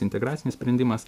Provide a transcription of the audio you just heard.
integracinis sprendimas